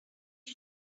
you